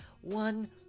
one